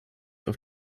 auf